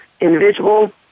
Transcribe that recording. individual